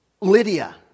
Lydia